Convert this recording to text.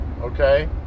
okay